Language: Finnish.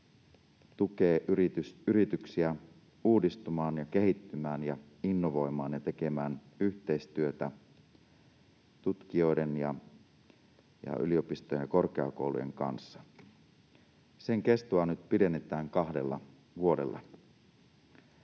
tukee yrityksiä uudistumaan, kehittymään, innovoimaan ja tekemään yhteistyötä tutkijoiden, yliopistojen ja korkeakoulujen kanssa. Sen kestoa nyt pidennetään kahdella vuodella.